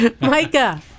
Micah